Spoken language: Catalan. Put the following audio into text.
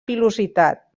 pilositat